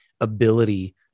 ability